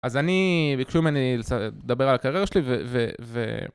אז אני בקשו ממני לדבר על הקריירה שלי ו...